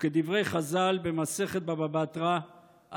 וכדברי חז"ל במסכת בבא בתרא,